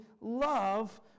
love